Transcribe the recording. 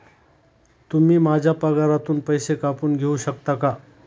तुम्ही माझ्या पगारातून पैसे कापून घेऊ शकता का?